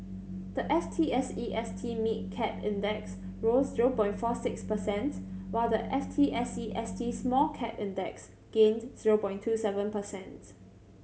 the F T S E S T Mid Cap Index rose zero point four six percents while the F T S E S T Small Cap Index gained zero point two seven percents